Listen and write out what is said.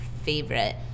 Favorite